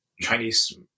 Chinese